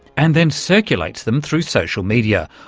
and then circulates them through social media,